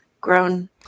grown